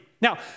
Now